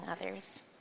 others